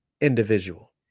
individual